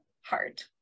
hard